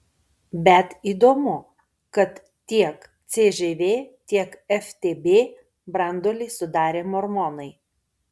bet įdomu kad tiek cžv tiek ftb branduolį sudarė mormonai